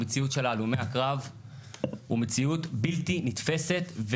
המציאות של הלומי הקרב היא מציאות בלתי נתפסת.